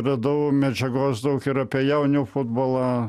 radau medžiagos daug ir apie jaunių futbolą